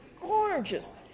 Gorgeous